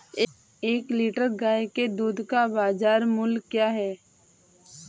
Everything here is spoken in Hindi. एक लीटर गाय के दूध का बाज़ार मूल्य क्या है?